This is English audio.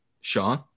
Sean